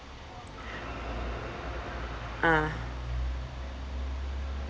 ah